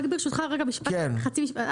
ברשותך, עוד חצי משפט.